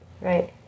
Right